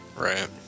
right